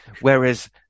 Whereas